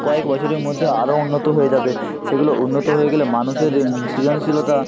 কয়েক বছরের মধ্যে আরও উন্নত হয়ে যাবে সেগুলো উন্নত হয়ে গেলে মানুষের সৃজনশীলতা